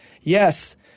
yes